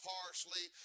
Parsley